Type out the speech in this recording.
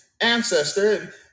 ancestor